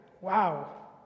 wow